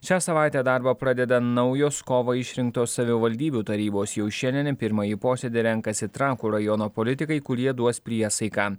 šią savaitę darbą pradeda naujos kovą išrinktos savivaldybių tarybos jau šiandien į pirmąjį posėdį renkasi trakų rajono politikai kurie duos priesaiką